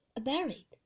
buried